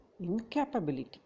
incapability